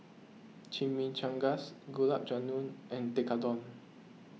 Chimichangas Gulab Jamun and Tekkadon